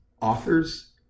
authors